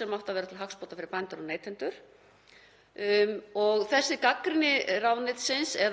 sem átti að vera til hagsbóta fyrir bændur og neytendur og þessi gagnrýni ráðuneytisins —